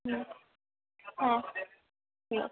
হুম হ্যাঁ ঠিক